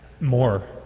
More